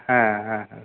হ্যাঁ হ্যাঁ হ্যাঁ